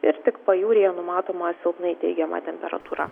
ir tik pajūryje numatoma silpnai teigiama temperatūra